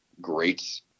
great